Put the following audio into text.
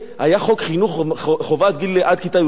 היה חוק חינוך חובה עד כיתה י"ב?